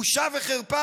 בושה וחרפה.